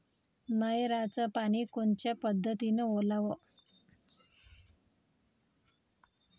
नयराचं पानी कोनच्या पद्धतीनं ओलाव?